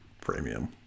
Premium